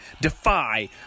Defy